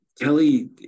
Kelly